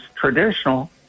traditional